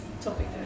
topic